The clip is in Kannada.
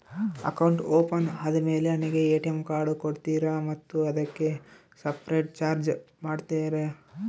ಅಕೌಂಟ್ ಓಪನ್ ಆದಮೇಲೆ ನನಗೆ ಎ.ಟಿ.ಎಂ ಕಾರ್ಡ್ ಕೊಡ್ತೇರಾ ಮತ್ತು ಅದಕ್ಕೆ ಸಪರೇಟ್ ಚಾರ್ಜ್ ಮಾಡ್ತೇರಾ?